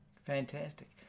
Fantastic